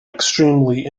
extremely